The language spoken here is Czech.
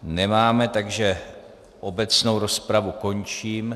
Nemáme, takže obecnou rozpravu končím.